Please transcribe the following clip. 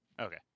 Okay